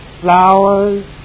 flowers